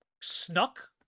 snuck